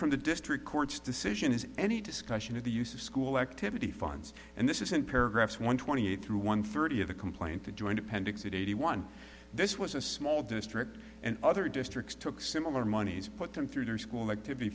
from the district court's decision is any discussion of the use of school activity funds and this isn't paragraphs one twenty eight through one thirty of the complaint the joint appendix in eighty one this was a small district and other districts took similar monies put them through their school activity